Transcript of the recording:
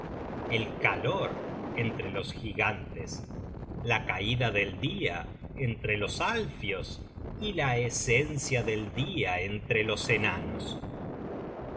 el calor entre los gigantes la caida del dia entre los alfios y la esencia del dia entre los enanos